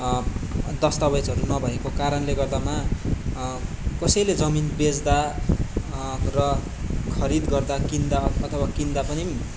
दस्तावेजहरू नभएको कारणले गर्दामा कसैले जमिन बेच्दा र खरिद गर्दा किन्दा अथवा किन्दा पनि